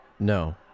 No